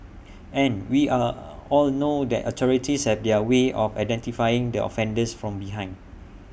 and we are all know that authorities have their way of identifying the offender from behind